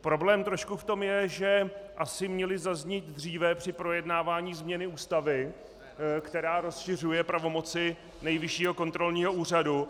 Problém trošku v tom je, že asi měly zaznít dříve při projednávání změny Ústavy, která rozšiřuje pravomoci Nejvyššího kontrolního úřadu.